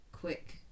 quick